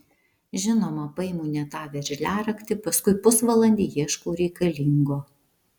žinoma paimu ne tą veržliaraktį paskui pusvalandį ieškau reikalingo